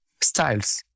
styles